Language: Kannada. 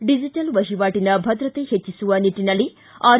ಿ ಡಿಜೆಟಲ್ ವಹಿವಾಟನ ಭದ್ರತೆ ಹೆಚ್ಚಿಸುವ ನಿಟ್ಟನಲ್ಲಿ ಆರ್